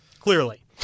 Clearly